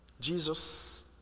Jesus